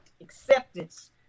acceptance